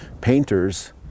painters